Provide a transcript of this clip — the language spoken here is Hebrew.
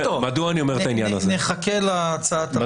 נחכה להצעת החוק הזאת.